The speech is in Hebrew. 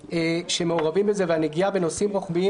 שמעורבים זה והנגיעה בנושאים רוחביים,